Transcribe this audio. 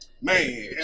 man